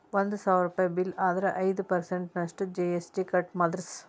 ಒಂದ್ ಸಾವ್ರುಪಯಿ ಬಿಲ್ಲ್ ಆದ್ರ ಐದ್ ಪರ್ಸನ್ಟ್ ನಷ್ಟು ಜಿ.ಎಸ್.ಟಿ ಕಟ್ ಮಾದ್ರ್ಸ್